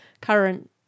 current